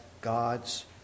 God's